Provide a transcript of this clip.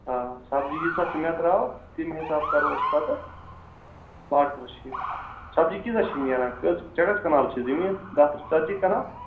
آ سبزی یۭژاہ ژٕ مےٚ تراوَکھ تمہِ حِساب کرو أسۍ پَتہٕ پاٹنرشِپ سبزی کۭژاہ چھے نیران کٔژ ژےٚ کٔژ کنال چھی زٔمیٖن دپ ترٕہہ ژَتجی کنال